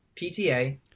PTA